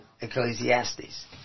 Ecclesiastes